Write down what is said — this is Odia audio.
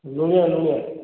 ଲୁଣିଆ ଲୁଣିଆ